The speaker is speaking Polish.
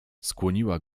skłoniła